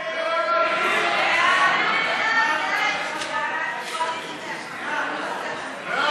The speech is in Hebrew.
ההצעה להעביר את הצעת חוק שיפוט בתי-דין דתיים